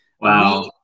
Wow